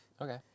Okay